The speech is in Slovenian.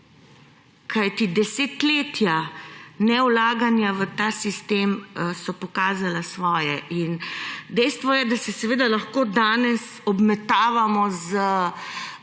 Kajti desetletja nevlaganja v ta sistem so pokazala svoje in dejstvo je, da se seveda lahko danes obmetavamo z